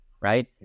right